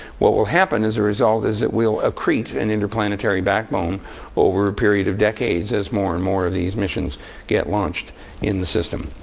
what will happen as a result is it will accrete an interplanetary backbone over a period of decades as more and more of these missions get launched in the system.